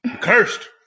Cursed